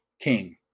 king